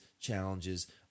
challenges